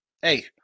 Hey